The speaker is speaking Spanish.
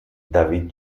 david